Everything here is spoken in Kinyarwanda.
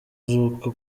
z’uko